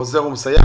עוזר ומסייע.